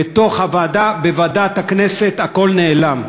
בוועדת הכנסת הכול נעלם.